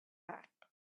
back